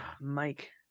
Mike